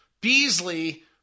Beasley